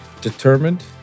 determined